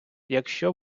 якщо